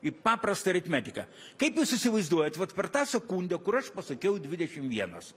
į paprastą aritmetiką kaip jūs įsivaizduojat vat per tą sekundę kur aš pasakiau dvidešim vienas